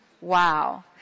wow